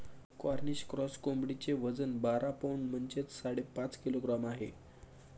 Cornish cross कोंबडीचे वजन बारा पौंड म्हणजेच साडेपाच किलोग्रॅम आहे